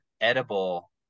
edible